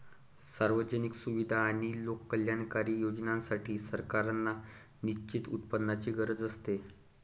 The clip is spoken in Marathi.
सार्वजनिक सुविधा आणि लोककल्याणकारी योजनांसाठी, सरकारांना निश्चित उत्पन्नाची गरज असते